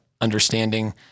understanding